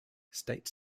state